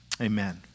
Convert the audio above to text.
Amen